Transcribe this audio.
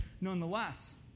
nonetheless